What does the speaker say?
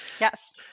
Yes